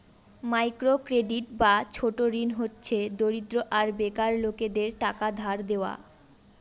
micro credit বা ছোট ঋণ হচ্ছে দরিদ্র আর বেকার লোকেদের টাকা ধার দেওয়া